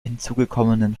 hinzugekommenen